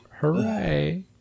Hooray